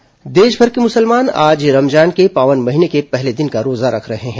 रमजान देशभर के मुसलमान आज रमजान के पावन महीने के पहले दिन का रोजा रख रहे हैं